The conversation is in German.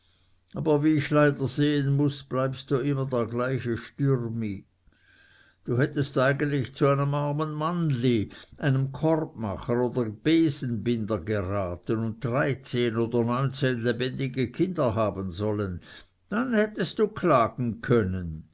aber wie ich leider sehen muß bleibst du immer der gleiche stürmi du hättest eigentlich zu einem armen mannli einem korbmacher oder besenbinder geraten und dreizehn oder neunzehn lebendige kinder haben sollen dann hättest du klagen können